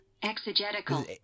Exegetical